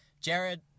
jared